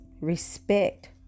respect